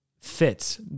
fits